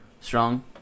Strong